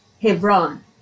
Hebron